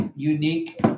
Unique